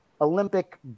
Olympic